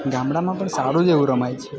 ગામડામાં પણ સારું એવું રમાય છે